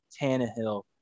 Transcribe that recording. Tannehill